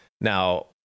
Now